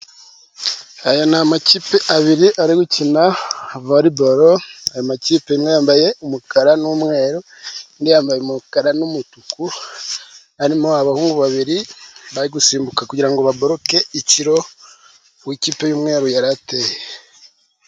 Aya n'amakipe abiri ari gukina volebole. Ayo makipe yambaye umukara n'umweru, abandi bambaye umukara n'umutuku. Harimo abahungu babiri bari gusimbuka kugira ngo bakuremo ikiro ikipe y'umweru yari iteye.